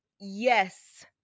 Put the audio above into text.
Yes